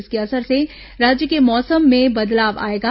इसके असर से राज्य के मौसम में बदलाव आएगा